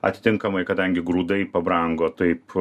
atitinkamai kadangi grūdai pabrango taip